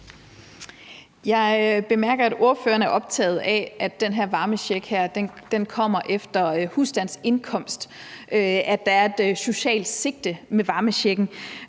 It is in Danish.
Jeg bemærker, at ordføreren er optaget af, at den her varmecheck kommer efter husstandsindkomst, at der er et socialt sigte med varmechecken,